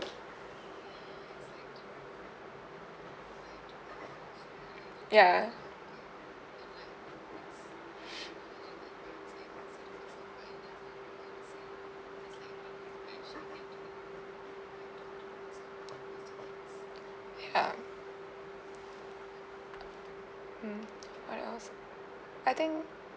ya ya mm what else I think